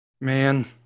Man